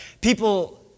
people